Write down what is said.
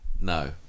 No